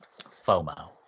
FOMO